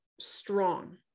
strong